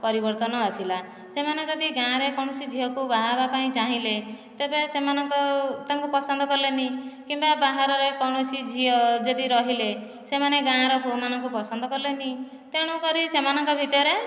ପରିବର୍ତ୍ତନ ଆସିଲା ସେମାନେ ଯଦି ଗାଁରେ କୌଣସି ଝିଅକୁ ବାହା ହେବା ପାଇଁ ଚାହିଁଲେ ତେବେ ସେମାନଙ୍କୁ ତାଙ୍କୁ ପସନ୍ଦ କଲେନି କିମ୍ବା ବାହାରରେ କୌଣସି ଝିଅ ଯଦି ରହିଲେ ସେମାନେ ଗାଁର ପୁଅମାନଙ୍କୁ ପସନ୍ଦ କଲେନି ତେଣୁ କରି ସେମାନଙ୍କ ଭିତରେ